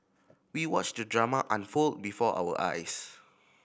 we watched the drama unfold before our eyes